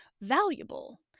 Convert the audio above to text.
valuable